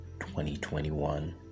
2021